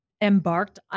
embarked